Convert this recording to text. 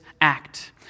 act